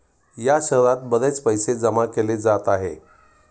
या शहरात बरेच पैसे जमा केले जात आहे